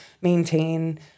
maintain